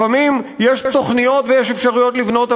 לפעמים יש תוכניות ויש אפשרויות לבנות,